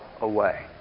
away